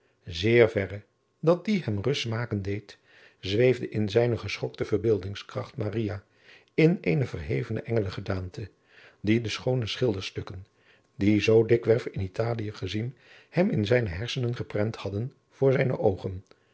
zeer verre dat die hem rust smaken deed zweefde in zijne geschokte verbeeldingskracht maria in eene verhevene engelen gedaante die de schoone schilderstukken zoo dikwerf in italie gezien hem in zijne hersenen geprent hadden voor zijne oogen